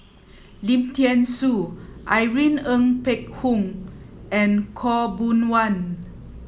Lim Thean Soo Irene Ng Phek Hoong and Khaw Boon Wan